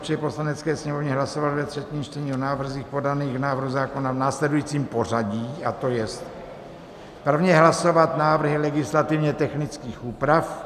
I. doporučuje Poslanecké sněmovně hlasovat ve třetím čtení o návrzích podaných k návrhu zákona v následujícím pořadí, a to jest: prvně hlasovat návrhy legislativně technických úprav.